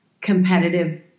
competitive